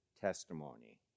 testimony